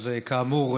אז כאמור,